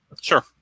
Sure